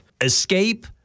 escape